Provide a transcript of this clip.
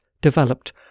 developed